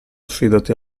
affidati